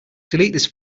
this